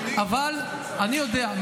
אני יודע,